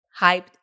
hyped